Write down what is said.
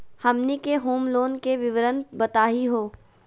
हमनी के home loan के विवरण बताही हो?